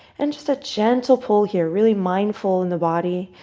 and just a gentle pull here. really mindful in the body.